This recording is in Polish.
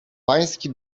pański